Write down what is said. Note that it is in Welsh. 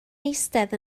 eistedd